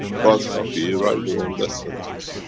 god help you, you write your own death sentence.